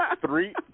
Three